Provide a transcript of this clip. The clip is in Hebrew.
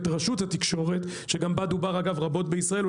את רשות התקשורת שגם בה דובר רבות בישראל,